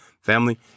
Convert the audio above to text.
Family